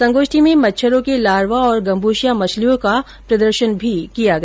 संगोष्ठी में मच्छरों के लार्वा और गंबुशिया मछलियों का प्रदर्शन भी किया गया